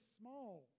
small